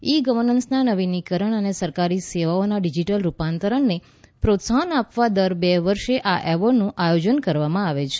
ઇ ગર્વર્નન્સના નવીનીકરણ અને સરકારી સેવાઓના ડીજીટલ રૂપાંતરણને પ્રોત્સાહન આપવા દર બે વર્ષે આ એવોર્ડનું આયોજન કરવામાં આવે છે